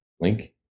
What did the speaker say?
link